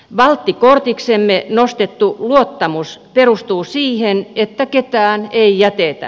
valttikortiksemme nostettu luottamus perustuu siihen että ketään ei jätetä